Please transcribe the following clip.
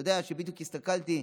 אתה יודע שבדיוק הסתכלתי: